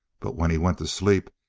but when he went to sleep,